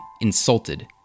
insulted